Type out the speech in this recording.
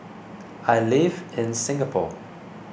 I live in Singapore